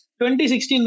2016